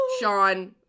Sean